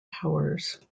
powers